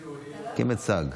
זה מיצג.